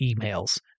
emails